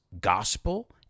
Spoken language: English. gospel